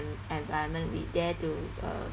environment we dare to uh